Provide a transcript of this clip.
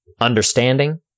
understanding